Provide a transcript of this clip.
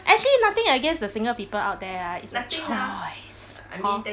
actually nothing against the single people out there ah it's a choice hor